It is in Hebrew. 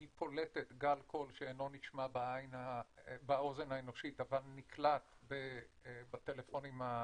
היא פולטת גל קול שאינו נשמע באוזן האנושית אבל נקלט בטלפונים האחרים.